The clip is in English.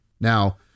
Now